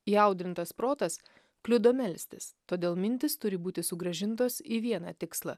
įaudrintas protas kliudo melstis todėl mintys turi būti sugrąžintos į vieną tikslą